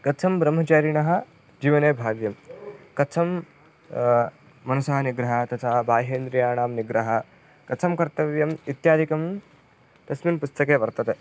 कथं ब्रह्मचारिणः जीवने भाव्यं कथं मनसः निग्रहः तथा बाह्येन्द्रियाणां निग्रह कथं कर्तव्यम् इत्यादिकं तस्मिन् पुस्तके वर्तते